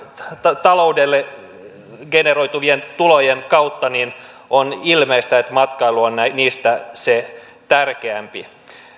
tai taloudelle generoituvien tulojen kautta niin on ilmeistä että matkailu on niistä se tärkeämpi